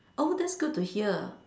oh that's good to hear